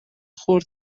خرد